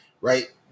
right